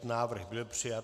Návrh byl přijat.